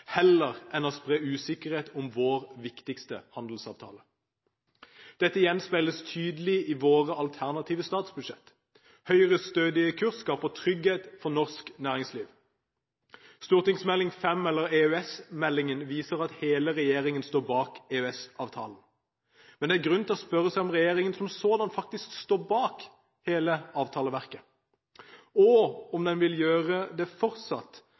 heller enn å spre usikkerhet om vår viktigste handelsavtale. Dette gjenspeiles tydelig i våre alternative statsbudsjetter. Høyres stødige kurs skaper trygghet for norsk næringsliv. Meld. St. 5 for 2012–2013, eller EØS-meldingen, viser at hele regjeringen står bak EØS-avtalen. Men det er grunn til å spørre seg om regjeringen som sådan faktisk står bak hele avtaleverket, og om den vil gjøre det fortsatt,